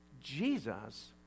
Jesus